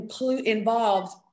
involved